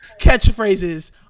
Catchphrases